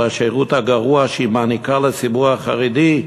השירות הגרוע שהיא מעניקה לציבור החרדי,